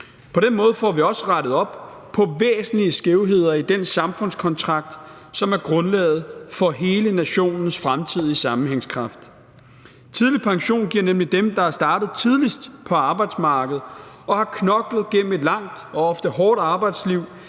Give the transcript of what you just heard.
På den måde får vi også rettet op på væsentlige skævheder i den samfundskontrakt, som er grundlaget for hele nationens fremtidige sammenhængskraft. Tidlig pension giver nemlig dem, der er startet tidligst på arbejdsmarkedet og har knoklet gennem et langt og ofte hårdt arbejdsliv,